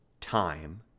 time